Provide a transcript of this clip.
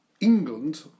England